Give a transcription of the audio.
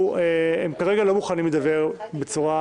הם כרגע לא מוכנים להידבר בצורה